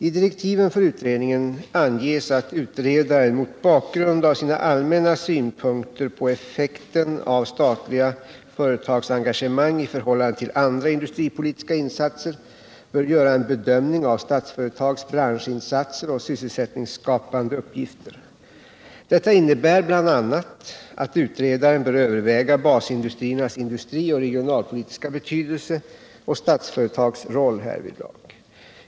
I direktiven för utredningen anges att utredaren mot bakgrund av sina allmänna synpunkter på effekten av statliga företagsengagemang i förhållande till andra industripolitiska insatser bör göra en bedömning av Statsfö retags branschinsatser och sysselsättningsskapande uppgifter. Detta innebär bl.a. att utredaren bör överväga basindustriernas industrioch regionalpolitiska betydelse och Statsföretags roll härvidlag.